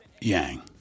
Yang